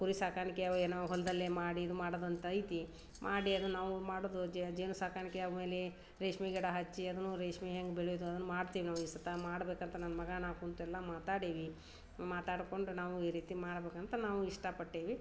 ಕುರಿ ಸಾಕಾಣಿಕೆ ಅವು ಏನೋ ಹೊಲದಲ್ಲೆ ಮಾಡಿ ಇದು ಮಾಡೋದಂತ ಐತಿ ಮಾಡಿ ಅದನ್ನ ನಾವು ಮಾಡೋದು ಜೇನು ಸಾಕಾಣಿಕೆ ಆಮೇಲೆ ರೇಷ್ಮೆ ಗಿಡ ಹಚ್ಚಿ ಅದೂ ರೇಷ್ಮೆ ಹೆಂಗೆ ಬೆಳೆಯೋದು ಅದ್ನ ಮಾಡ್ತೀವಿ ನಾವು ಈ ಸತಿ ಮಾಡಬೇಕಂತ ನನ್ನ ಮಗ ನಾನು ಕೂತೆಲ್ಲ ಮಾತಾಡೀವಿ ಮಾತಾಡಿಕೊಂಡು ನಾವು ಈ ರೀತಿ ಮಾಡಬೇಕಂತ ನಾವು ಇಷ್ಟ ಪಟ್ಟೀವಿ